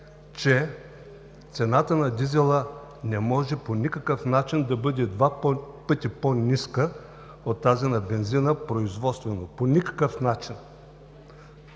че цената на дизела не може по никакъв начин да бъде два пъти по-ниска от тази на бензина – производствено, по никакъв начин!